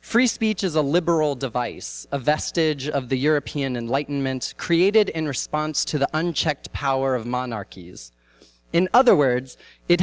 free speech is a liberal device a vestige of the european and lighten ment created in response to the unchecked power of monarchies in other words it